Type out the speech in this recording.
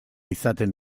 izaten